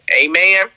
Amen